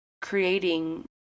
creating